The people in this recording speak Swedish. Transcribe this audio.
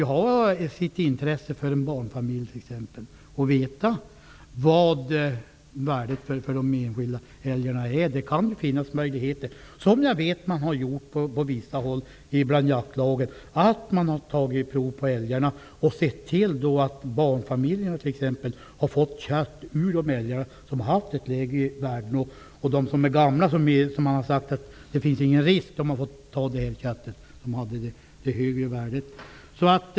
För t.ex. en barnfamilj kan det ju vara intressant att veta vad värdet för de enskilda älgarna är. Jag vet att jaktlagen på vissa håll har tagit prov på älgarna och sett till att barnfamiljerna t.ex. har fått kött från älgarna med de lägre värdena, och de gamla som har sagt att det inte finns någon risk har fått köttet med det högre värdet.